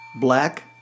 Black